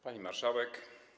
Pani Marszałek!